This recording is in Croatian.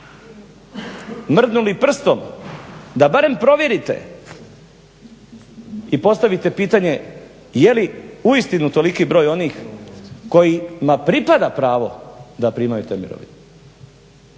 mrdnuli prstom da barem provjerite i postavite pitanje je li uistinu toliki broj onih kojima pripada pravo da primaju te mirovine.